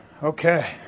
Okay